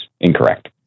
incorrect